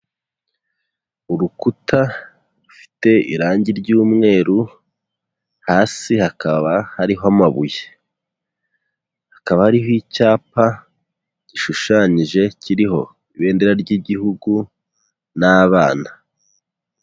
Urukuta rufite irangi ry'umweru, hasi hakaba hariho amabuye, hakaba hariho icyapa gishushanyije kiriho ibendera ry'igihugu n'abana.